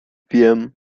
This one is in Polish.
wiem